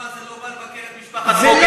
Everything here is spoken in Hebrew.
למה אבו מאזן לא בא לבקר את משפחת פוגל בבית-חולים?